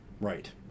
Right